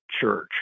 church